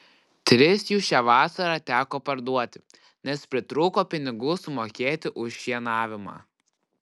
tris jų šią vasarą teko parduoti nes pritrūko pinigų sumokėti už šienavimą